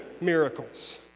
miracles